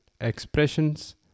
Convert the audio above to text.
expressions